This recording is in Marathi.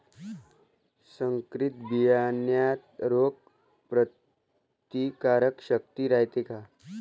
संकरित बियान्यात रोग प्रतिकारशक्ती रायते का?